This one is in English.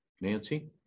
Nancy